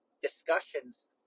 discussions